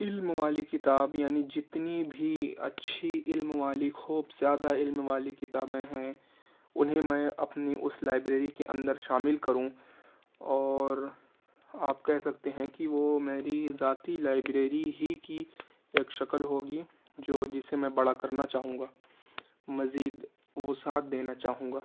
علم والی کتاب یعنی جتنی بھی اچھی علم والی خوب زیادہ علم والی کتابیں ہیں انہیں میں اپنی اس لائبریری کے اندر شامل کروں اور آپ کہہ سکتے ہیں کہ وہ میری ذاتی لائبریری ہی کی ایک شکل ہوگی جو جسے میں بڑا کرنا چاہوں گا مزید وسعت دینا چاہوں گا